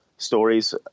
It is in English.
stories